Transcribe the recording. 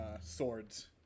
sword's